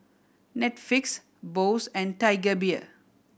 Netflix Bose and Tiger Beer